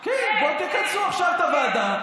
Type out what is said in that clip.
כן, בואו תכנסו עכשיו את הוועדה.